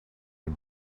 and